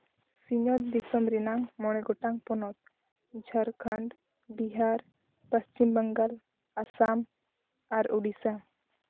ᱥᱤᱧᱚᱛ ᱫᱤᱥᱚᱢ ᱨᱮᱱᱟᱝ ᱢᱚᱬᱮ ᱜᱚᱴᱟᱝ ᱯᱚᱱᱚᱛ ᱡᱷᱟᱲᱠᱷᱚᱸᱰ ᱵᱤᱦᱟᱨ ᱯᱚᱥᱪᱤᱢ ᱵᱟᱝᱜᱟᱞ ᱟᱥᱟᱢ ᱟᱨ ᱳᱰᱤᱥᱟ